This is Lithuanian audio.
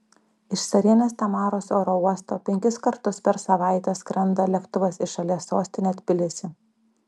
iš carienės tamaros oro uosto penkis kartus per savaitę skrenda lėktuvas į šalies sostinę tbilisį